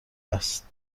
هست